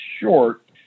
short